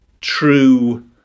true